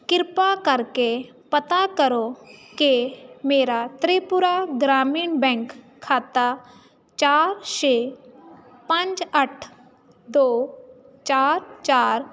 ਕਿਰਪਾ ਕਰਕੇ ਪਤਾ ਕਰੋ ਕਿ ਮੇਰਾ ਤ੍ਰਿਪੁਰਾ ਗ੍ਰਾਮੀਣ ਬੈਂਕ ਖਾਤਾ ਚਾਰ ਛੇ ਪੰਜ ਅੱਠ ਦੋ ਚਾਰ ਚਾਰ